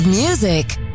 music